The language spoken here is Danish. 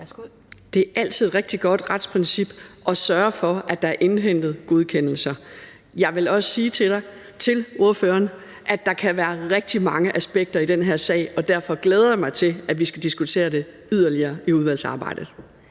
Det er altid et rigtig godt retsprincip at sørge for, at der er intet godkendelser. Jeg vil også sige til ordføreren, at der kan være rigtig mange aspekter i den her sag, og derfor glæder jeg mig til, at vi skal diskutere det yderligere i udvalgsarbejdet.